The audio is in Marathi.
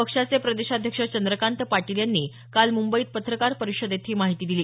पक्षाचे प्रदेशाध्यक्ष चंद्रकांत पाटील यांनी काल मुंबईत पत्रकार परिषदेत ही माहिती दिली